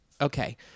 Okay